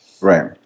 Right